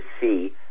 see